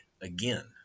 again